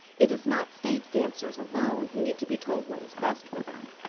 it is not stage dancers alone who need to be told what is best for them,